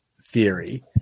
theory